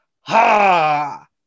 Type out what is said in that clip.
ha